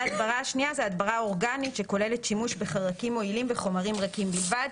הדברה אורגנית הכוללת שימוש בחרקים מועילים וחומרים רכים בלבד.